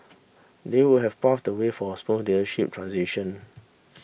they would have pave the way for a smooth leadership transition